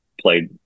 played